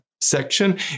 section